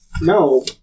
no